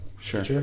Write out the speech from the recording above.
Sure